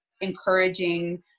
encouraging